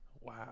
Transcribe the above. Wow